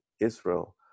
Israel